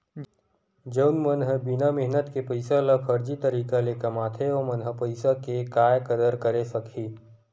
जउन मन ह बिना मेहनत के पइसा ल फरजी तरीका ले कमाथे ओमन ह पइसा के काय कदर करे सकही